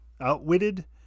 outwitted